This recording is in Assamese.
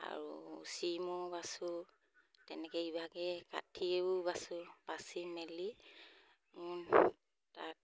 আৰু চিমো বাচোঁ তেনেকৈ ইভাগে কাঠিয়েও বাছোঁ পাঁচি মেলি তাত